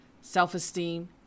self-esteem